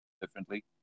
differently